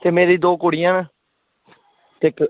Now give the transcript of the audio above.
की मेरी दौ कुड़ियां न ते इक्क